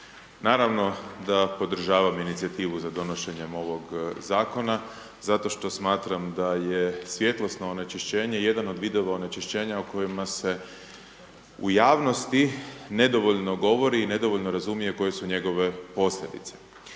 Naravno da podržavam inicijativu za donošenjem ovog zakona zato što smatram da je svjetlosno onečišćenje jedan od vidova onečišćenja o kojima se u javnosti nedovoljno govori i nedovoljno razumije koje su njegove posljedice.